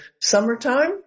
summertime